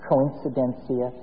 coincidentia